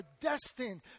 destined